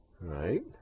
right